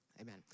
amen